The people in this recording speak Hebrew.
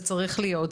זה צריך להיות,